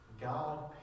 God